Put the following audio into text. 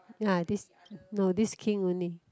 ya this no this king only